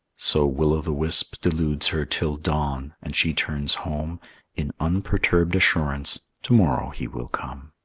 so will-o'-the-wisp deludes her till dawn, and she turns home in unperturbed assurance, to-morrow he will come.